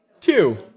two